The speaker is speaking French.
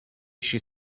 chez